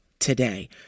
Today